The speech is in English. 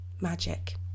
magic